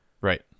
Right